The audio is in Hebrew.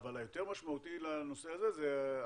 אבל היותר משמעותי לנושא הזה הוא שב-2022